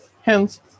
Hence